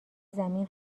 زمین